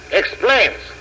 explains